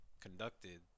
conducted